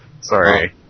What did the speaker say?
Sorry